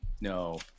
no